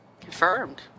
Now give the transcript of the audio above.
Confirmed